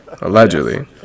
Allegedly